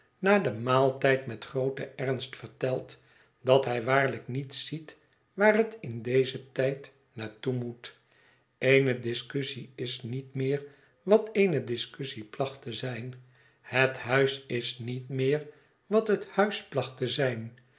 na den maaltijd met grooten ernst vertelt dat hij waarlijk niet ziet waar het in dezen tijd naar toe moet eene discussie is niet meer wat eene discussie placht te zijn het huis is niet meer wat het huis placht te zijn